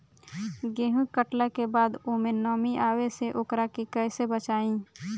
गेंहू कटला के बाद ओमे नमी आवे से ओकरा के कैसे बचाई?